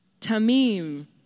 Tamim